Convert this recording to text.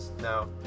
Now